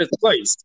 place